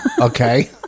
Okay